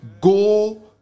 Go